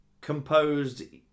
composed